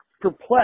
perplexed